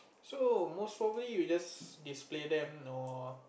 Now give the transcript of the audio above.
so most probably you just display them or